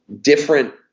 different